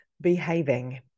behaving